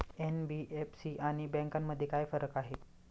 NBFC आणि बँकांमध्ये काय फरक आहे?